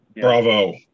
Bravo